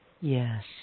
Yes